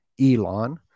elon